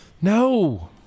No